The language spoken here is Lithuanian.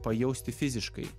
pajausti fiziškai